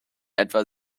etwa